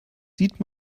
sieht